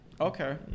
Okay